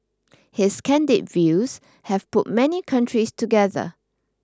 his candid views have put many countries together